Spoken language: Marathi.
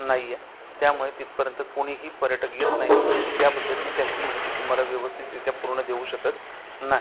नाही आहे त्यामुळे तिथपर्यंत कुणीही पर्यटक येत नाही व त्याबद्दल मी त्यांची माहिती तुम्हाला व्यवस्थितरीत्या पूर्ण देऊ शकत नाही